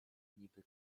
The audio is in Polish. niby